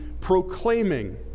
proclaiming